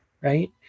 right